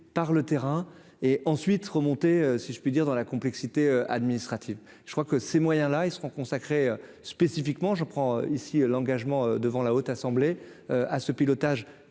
par le terrain est ensuite remonté si je puis dire, dans la complexité administrative, je crois que ces moyens là ils seront consacrés spécifiquement je prends ici l'engagement devant la Haute Assemblée ah ce pilotage